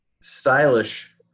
stylish